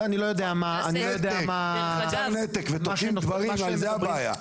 זה יוצר נתק ותוקעים דברים, וזו הבעיה.